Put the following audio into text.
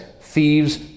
thieves